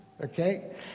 okay